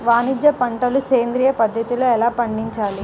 వాణిజ్య పంటలు సేంద్రియ పద్ధతిలో ఎలా పండించాలి?